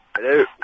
Hello